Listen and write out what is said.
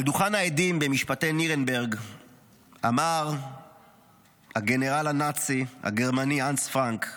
על דוכן העדים במשפטי נירנברג אמר הגנרל הנאצי הגרמני הנס פרנק,